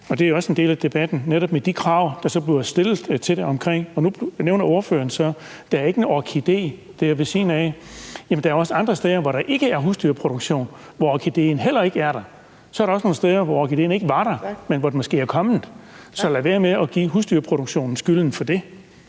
og det er også en del af debatten, at det netop er med de krav, der bliver stillet til det. Nu nævner ordføreren så, at der ikke er en orkidé ved siden af, men der er også andre steder uden nogen husdyrproduktion, hvor orkideen heller ikke er der. Så er der også nogle steder, hvor orkideen ikke var der, men hvor den måske er kommet. Så lad være med at give husdyrproduktionen skylden for det.